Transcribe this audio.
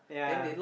yeah